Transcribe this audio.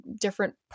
different